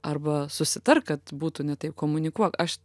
arba susitark kad būtų ne taip komunikuok aš